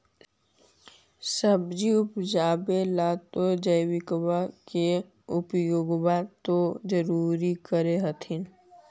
सब्जिया उपजाबे ला तो जैबिकबा के उपयोग्बा तो जरुरे कर होथिं?